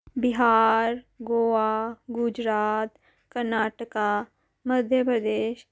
Bihar Goa Gujarat Karnataka Madhya Pradesh